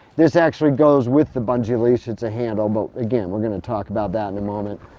this actually goes with the bungee leash, it's a handle but again we're going to talk about that and moment.